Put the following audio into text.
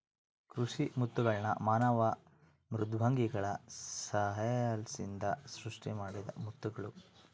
ಕೃಷಿ ಮುತ್ತುಗಳ್ನ ಮಾನವ ಮೃದ್ವಂಗಿಗಳ ಸಹಾಯಲಿಸಿಂದ ಸೃಷ್ಟಿಮಾಡಿದ ಮುತ್ತುಗುಳು